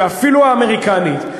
ואפילו האמריקנית,